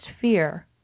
fear